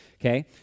okay